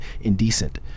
indecent